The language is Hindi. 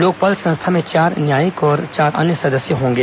लोकपाल संस्थ्था में चार न्यायिक और चार अन्य सदस्य होंगे